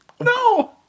No